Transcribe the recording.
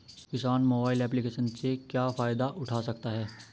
किसान mobile application से क्या फायदा उठा सकता है?